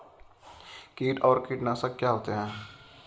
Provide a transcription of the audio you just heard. कीट और कीटनाशक क्या होते हैं?